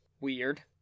Weird